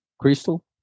crystal